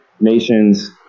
nations